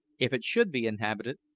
if it should be inhabited,